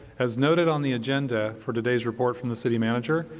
as noted on the agenda for today's report from the city manager,